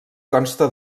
consta